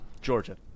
Georgia